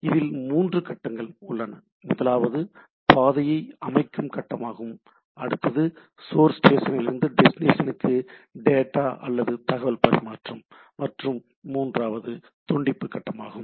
இதில் மூன்று கட்டங்கள் உள்ளன முதலாவது பாதையை அமைக்கும் கட்டமாகும் அடுத்தது சோர்ஸ் ஸ்டேஷனிலிருந்து டெஸ்டினேஷனக்கு டேட்டா அல்லது தகவல் பரிமாற்றம் மற்றும் மூன்றாவது துண்டிப்பு கட்டமாகும்